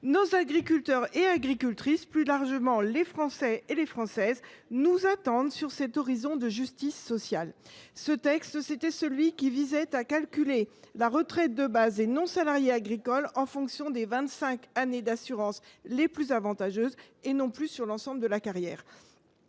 Nos agriculteurs et nos agricultrices, plus largement les Français et les Françaises, nous attendent sur cet horizon de justice sociale. » Ce texte, c’était la proposition de loi visant à calculer la retraite de base des non salariés agricoles en fonction des vingt cinq années d’assurance les plus avantageuses, et non plus sur l’ensemble de la carrière.